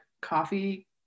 coffee